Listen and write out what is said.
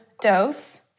dose